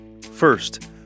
First